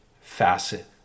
facet